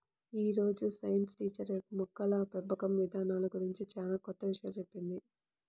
యీ రోజు science teacher మొక్కల పెంపకం ఇదానాల గురించి చానా కొత్త విషయాలు చెప్పింది